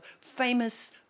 famous